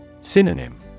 Synonym